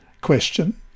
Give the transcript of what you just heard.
question